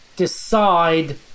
decide